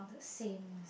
same